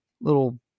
little